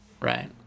Right